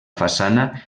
façana